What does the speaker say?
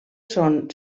són